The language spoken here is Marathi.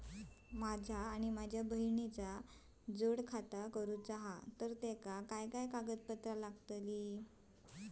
माझा आणि माझ्या बहिणीचा जोड खाता करूचा हा तर तेका काय काय कागदपत्र लागतली?